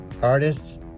artists